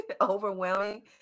Overwhelming